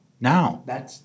Now